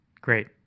Great